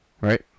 right